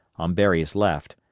on berry's left,